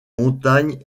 montagnes